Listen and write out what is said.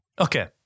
Okay